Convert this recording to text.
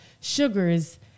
sugars